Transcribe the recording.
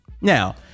Now